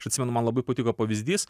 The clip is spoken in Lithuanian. aš atsimenu man labai patiko pavyzdys